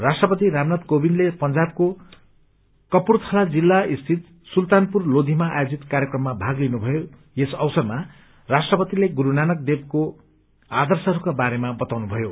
राष्ट्रपति रामनाथ कोविन्दले पंजाबको कपूरथला जिल्ला स्थित सुल्तानपुर लोधीमा आयोजित कार्यक्रममा भाग लिनु भयो यस अवसरमा राष्ट्रपतिले गुरू नानक देवको आर्दशहरूका बारेमा बताउनु भयो